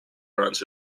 runs